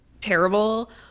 terrible